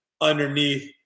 underneath